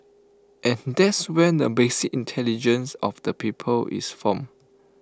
and that's where the basic intelligence of the people is formed